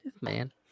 man